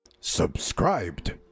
Subscribed